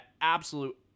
absolute